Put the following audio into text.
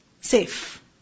safe